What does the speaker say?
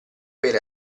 pera